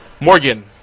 Morgan